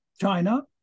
China